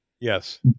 Yes